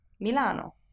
Milano